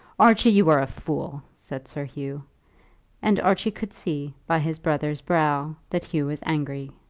archie, you are a fool, said sir hugh and archie could see by his brother's brow that hugh was angry.